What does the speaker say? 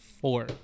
four